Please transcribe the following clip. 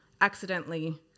accidentally